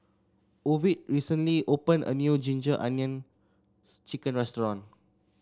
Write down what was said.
Ovid recently opened a new ginger onion chicken restaurant